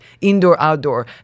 indoor-outdoor